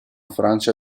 francia